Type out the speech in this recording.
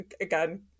again